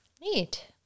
Neat